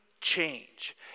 change